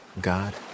God